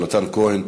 יהונתן כהן,